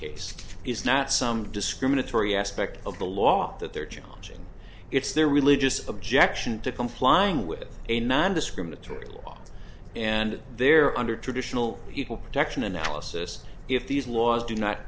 case is not some discriminatory aspect of the law that they're challenging it's their religious objection to complying with a nondiscriminatory law and they're under traditional people direction analysis if these laws do not